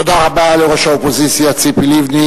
תודה רבה לראש האופוזיציה ציפי לבני.